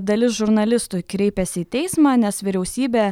dalis žurnalistų kreipėsi į teismą nes vyriausybė